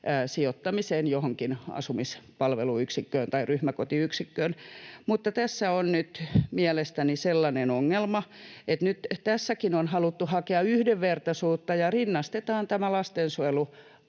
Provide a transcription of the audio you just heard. sijoittamiseen, johonkin asumispalveluyksikköön tai ryhmäkotiyksikköön. Mutta tässä on nyt mielestäni sellainen ongelma, että nyt tässäkin on haluttu hakea yhdenvertaisuutta ja rinnastetaan tämä lastensuojelulain